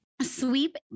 Sweep